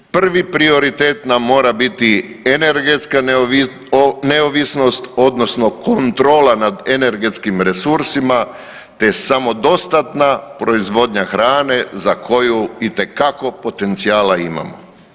Prvi prioritet nam mora biti energetska neovisnost odnosno kontrola nad energetskim resursima, te samodostatna proizvodnja hrane za koju itekako potencijala imamo.